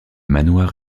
manoir